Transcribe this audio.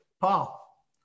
Paul